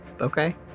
Okay